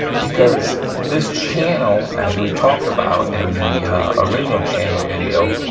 because this channel as we talked about in the original channel video,